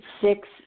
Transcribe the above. six